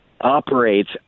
operates